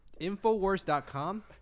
Infowars.com